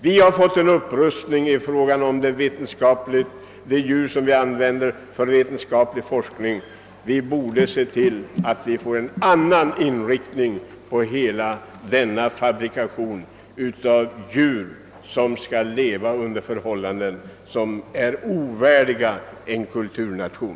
Vi har fått en upprustning i fråga om de djur vi använder för vetenskaplig forskning; vi borde också se till att vi får en annan inriktning på hela denna fabrikation av djur, som nu måste leva under förhållanden som är ovärdiga en kulturnation.